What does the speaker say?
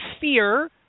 fear